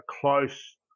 close